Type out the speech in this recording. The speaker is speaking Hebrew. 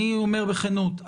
אני אומר בכנות,